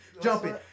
Jumping